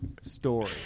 story